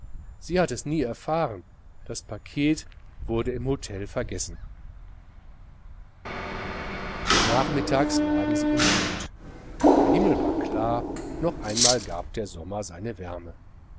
sie hat es nie erfahren das paket wurde im hotel vergessen nachmittags lagen sie im boot der himmel war klar noch einmal gab der sommer seine wärme